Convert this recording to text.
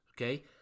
okay